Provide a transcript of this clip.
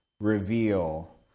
reveal